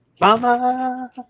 Mama